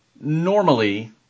normally